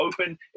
open